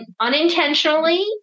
unintentionally